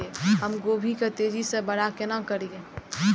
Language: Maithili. हम गोभी के तेजी से बड़ा केना करिए?